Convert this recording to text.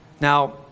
Now